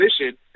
position